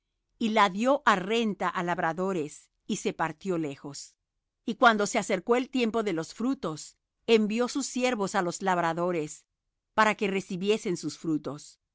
y la dió á renta á labradores y se partió lejos y cuando se acercó el tiempo de los frutos envió sus siervos á los labradores para que recibiesen sus frutos